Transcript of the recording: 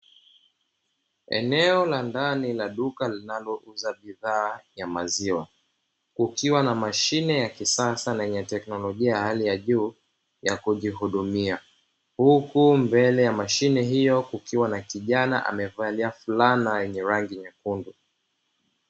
Eneo la ndani la duka linalouza bidhaa ya maziwa kukiwa na mashine ya kisasa lenye teknolojia ya hali ya juu ya kujihudumia. Huku mbele ya mashine hiyo kukiwa na kijana amevalia fulana yenye rangi nyekundu.